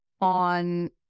on